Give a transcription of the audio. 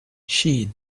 she